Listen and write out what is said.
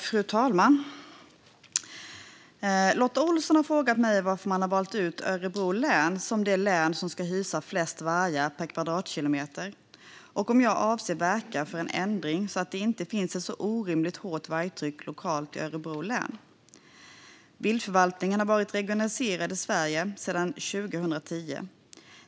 Fru talman! har frågat mig varför man har valt ut Örebro län som det län som ska hysa flest vargar per kvadratkilometer och om jag avser att verka för en ändring så att det inte finns ett så orimligt hårt vargtryck lokalt i Örebro län. Viltförvaltningen har varit regionaliserad i Sverige sedan 2010.